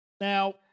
Now